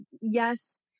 yes